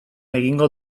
egingo